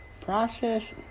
process